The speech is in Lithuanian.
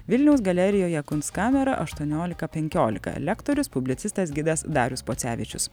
vilniaus galerijoje kunstkamera aštuoniolika penkiolika lektorius publicistas gidas darius pocevičius